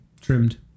Trimmed